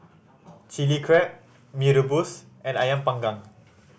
Chili Crab Mee Rebus and Ayam Panggang